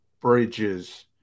bridges